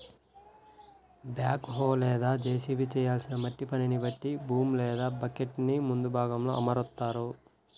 back హో లేదా JCB చేయాల్సిన మట్టి పనిని బట్టి బూమ్ లేదా బకెట్టుని ముందు భాగంలో అమరుత్తారు